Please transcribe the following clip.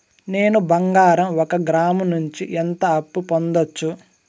నేను బంగారం ఒక గ్రాము నుంచి ఎంత అప్పు పొందొచ్చు